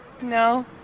no